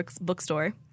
bookstore